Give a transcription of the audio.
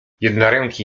jednoręki